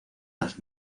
las